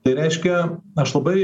tai reiškia aš labai